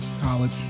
College